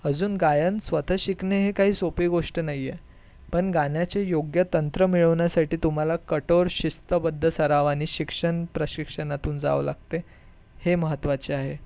अजून गायन स्वतः शिकणे ही काही सोपी गोष्ट नाही आहे पण गाण्याचे योग्य तंत्र मिळवण्यासाठी तुम्हाला कठोर शिस्तबद्ध सराव आणि शिक्षण प्रशिक्षणातून जावं लागते हे महत्त्वाचे आहे